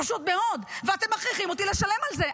זה פשוט מאוד, ואתם מכריחים אותי לשלם על זה.